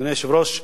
אדוני היושב-ראש,